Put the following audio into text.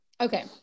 okay